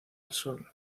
sol